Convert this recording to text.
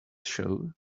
show